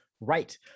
Right